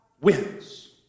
wins